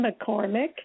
McCormick